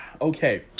Okay